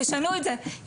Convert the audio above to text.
תשנו את זה!',